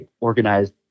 organized